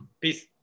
Peace